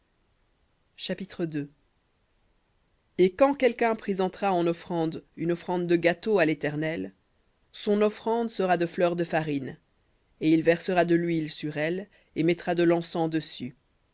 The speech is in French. chapitre et quand quelqu'un présentera en offrande une offrande de gâteau à l'éternel son offrande sera de fleur de farine et il versera de l'huile sur elle et mettra de l'encens dessus